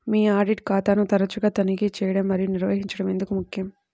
మీ audit ఖాతాను తరచుగా తనిఖీ చేయడం మరియు నిర్వహించడం ఎందుకు ముఖ్యం?